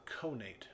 conate